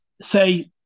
say